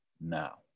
now